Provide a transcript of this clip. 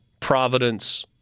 Providence